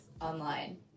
online